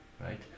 Right